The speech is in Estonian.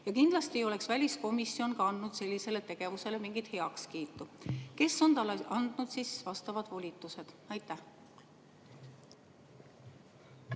Ja kindlasti ei oleks väliskomisjon ka andnud sellisele tegevusele mingit heakskiitu. Kes on talle andnud vastavad volitused? Aitäh,